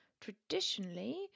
traditionally